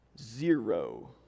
Zero